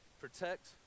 protect